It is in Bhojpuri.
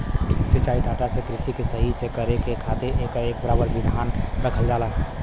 सिंचाई डाटा से कृषि के सही से करे क खातिर एकर बराबर धियान रखल जाला